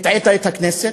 הטעית את הכנסת,